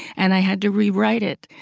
and i had to rewrite it.